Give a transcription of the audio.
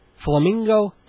Flamingo